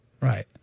Right